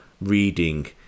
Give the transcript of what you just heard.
reading